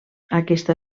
aquesta